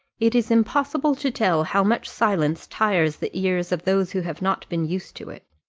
it is impossible to tell how much silence tires the ears of those who have not been used to it.